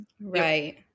right